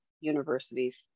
universities